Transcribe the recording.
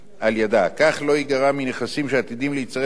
כך לא ייגרע מנכסים שעתידים להצטרף למסד כספי